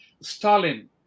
stalin